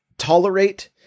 tolerate